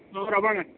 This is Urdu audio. سو ربر